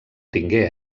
tingué